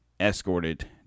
escorted